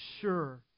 sure